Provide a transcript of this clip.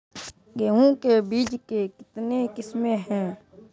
गेहूँ के बीज के कितने किसमें है?